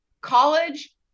college